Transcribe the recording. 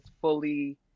fully